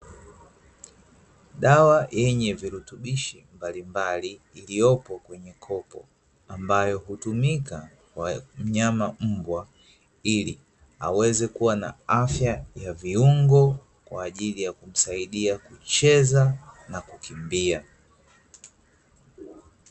Dawa yenye virutubishi mbalimbali iliyopo kwenye kopo, ambayo hutumika kwa mmnyama mbwa ili aweze kuwa na afya ya viungo, kwaajili ya kumsaidia kucheza na kukimbia.